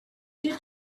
did